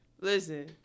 listen